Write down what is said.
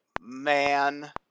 man